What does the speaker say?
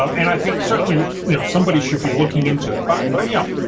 um and i think certainly, you know, somebody should be looking into it but but you know,